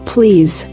Please